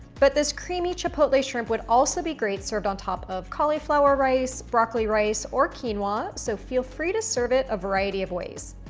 but this creamy chipotle shrimp would also be great served on top of cauliflower rice, broccoli rice, or keen-wah, so feel free to serve it a variety of ways.